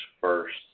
first